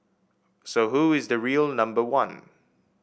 so who is the real number one